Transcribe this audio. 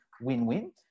win-win